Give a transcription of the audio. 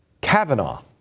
Kavanaugh